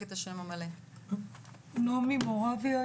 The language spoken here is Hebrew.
אני נעמי מורבייה,